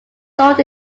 sold